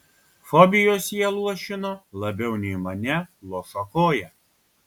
fobijos ją luošino labiau nei mane luoša koja